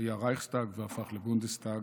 שהיה הרייכסטאג והפך לבונדסטאג.